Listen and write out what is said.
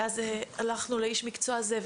ואז "הלכנו לאיש המקצוע הזה,